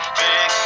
big